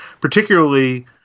particularly